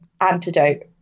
antidote